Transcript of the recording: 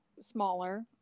smaller